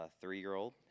three-year-old